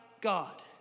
God